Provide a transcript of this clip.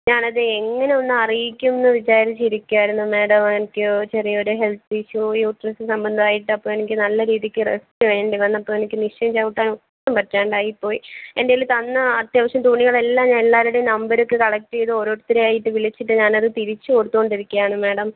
ഞാനത് എങ്ങനെ ഒന്നറിയിക്കും എന്ന് വിചാരിച്ചിരിക്കുകയായിരുന്നു മാഡം എനിക്ക് ചെറിയൊരു ഹെൽത്ത് ഇഷ്യൂ യൂട്രസ് സംബന്ധമായിട്ട് അപ്പോൾ എനിക്ക് നല്ല രീതിയ്ക്ക് റെസ്റ്റ് വേണ്ടി വന്നു അപ്പോൾ എനിക്ക് മെഷിൻ ചവിട്ടാൻ ഒട്ടും പറ്റാണ്ടായിപ്പോയി എൻ്റെ കയ്യിൽ തന്ന അത്യാവശ്യം തുണികളെല്ലാം ഞാൻ എല്ലാവരുടേയും നമ്പരൊക്കെ കളക്ട് ചെയ്ത് ഓരോരുത്തരെയായിട്ട് വിളിച്ചിട്ട് ഞാനത് തിരിച്ചു കൊടുത്തുകൊണ്ടിരിക്കുകയാണ് മാഡം